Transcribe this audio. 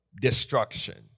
destruction